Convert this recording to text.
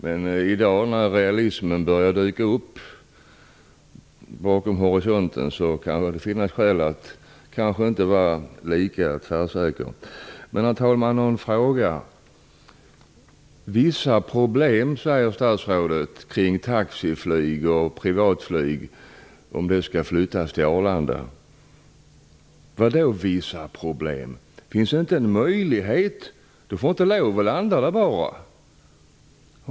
Men i dag när realismen dyker upp bakom horisonten finns det kanske skäl att inte vara lika tvärsäker. Herr talman! Jag har en fråga. Statsrådet säger att det finns vissa problem med att flytta taxiflyget och privatflyget till Arlanda. Vad menar statsrådet med vissa problem? Det finns inte möjlighet till det. De får inte lov att landa där.